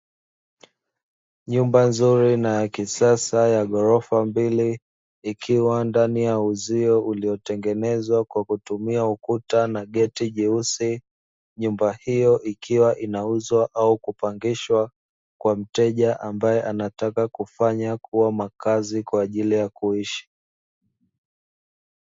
Nyumba nzuri na ya kisasa ya ghorofa mbili, ikiwa ndani ya uzio uliotengenezwa kwa kutumia ukuta na geti jeusi. Nyumba hiyo ikiwa inauzwa au kupangishwa kwa mteja ambaye anataka kufanya kuwa makazi kwa ajili ya kuishi.